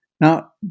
Now